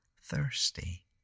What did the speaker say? thirsty